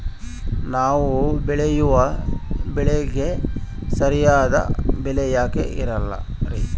ನಾವು ಬೆಳೆಯುವ ಬೆಳೆಗೆ ಸರಿಯಾದ ಬೆಲೆ ಯಾಕೆ ಇರಲ್ಲಾರಿ?